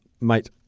mate